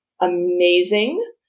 amazing